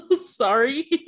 Sorry